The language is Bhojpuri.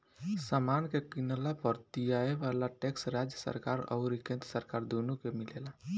समान के किनला पर दियाये वाला टैक्स राज्य सरकार अउरी केंद्र सरकार दुनो के मिलेला